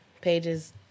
pages